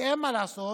כי אין מה לעשות,